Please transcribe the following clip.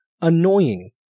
annoying